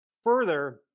Further